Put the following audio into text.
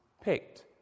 picked